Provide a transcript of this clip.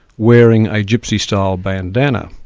wearing a gypsy-style bandana.